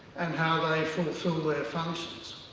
and how they fulfill their functions.